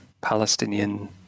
Palestinian